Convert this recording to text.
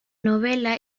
novela